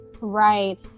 Right